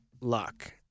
luck